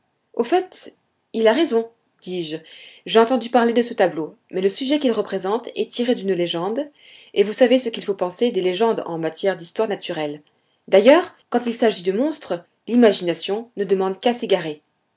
au fait il a raison dis-je j'ai entendu parler de ce tableau mais le sujet qu'il représente est tiré d'une légende et vous savez ce qu'il faut penser des légendes en matière d'histoire naturelle d'ailleurs quand il s'agit de monstres l'imagination ne demande qu'à s'égarer